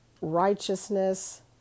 righteousness